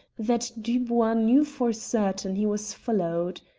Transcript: that dubois knew for certain he was followed.